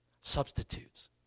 substitutes